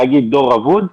אי אפשר להגיד דור אבוד,